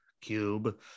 Cube